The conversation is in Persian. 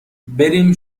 بریم